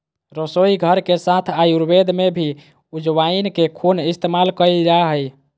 रसोईघर के साथ आयुर्वेद में भी अजवाइन के खूब इस्तेमाल कइल जा हइ